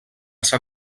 s’ha